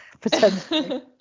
Potentially